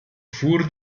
fuhr